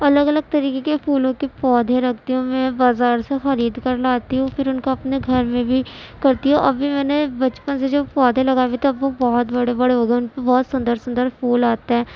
الگ الگ طریقے کے پھولوں کے پودے رکھتی ہوں میں بازار سے خرید کر لاتی ہوں پھر ان کو اپنے گھر میں بھی کرتی ہوں ابھی میں نے بچپن سے جو پودے لگائے ہوئے تھے اب وہ بہت بڑے بڑے ہوگئے ہیں ان پہ بہت سندر سندر پھول آتے ہیں